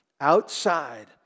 outside